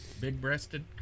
Big-breasted